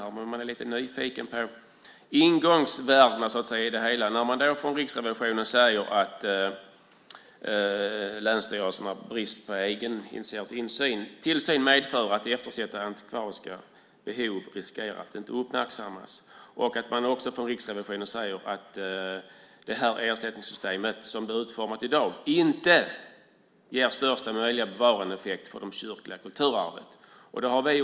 Men vi är lite nyfikna på ingångsvärdena när man från Riksrevisionen säger att länsstyrelsernas brist på egen tillsyn medför att eftersatta antikvariska behov riskerar att inte uppmärksammas och att man från Riksrevisionen också säger att ersättningssystemet som det är utformat i dag inte ger största möjliga bevarandeeffekt för det kyrkliga kulturarvet.